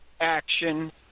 action